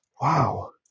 Wow